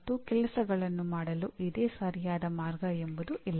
ಮತ್ತು ಕೆಲಸಗಳನ್ನು ಮಾಡಲು ಇದೇ ಸರಿಯಾದ ಮಾರ್ಗ ಎಂಬುದು ಇಲ್ಲ